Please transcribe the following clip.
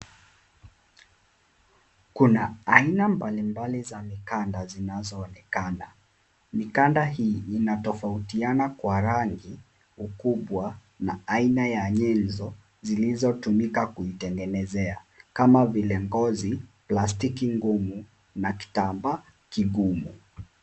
Kuna aina mbalimbali za mikanda zinazoonekana. Mikanda hii inatofautiana kwa rangi, ukubwa na aina ya nyenzo zilizotumika kuitengenezea kama vile ngozi, plastiki ngumu na kitambaa kigumu.